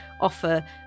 offer